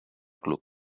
club